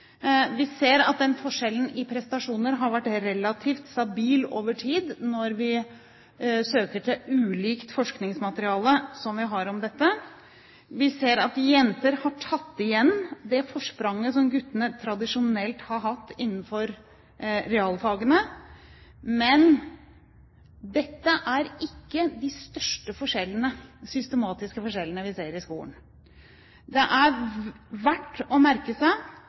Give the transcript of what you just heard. Vi ser at den forskjellen i prestasjoner har vært relativt stabil over tid når vi søker til ulikt forskningsmateriale som vi har om dette. Vi ser at jenter har tatt igjen det forspranget som guttene tradisjonelt har hatt innenfor realfagene. Men dette er ikke de største systematiske forskjellene vi ser i skolen. Det er verdt å merke seg